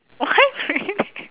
why creative